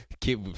Keep